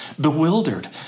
Bewildered